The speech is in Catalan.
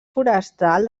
forestal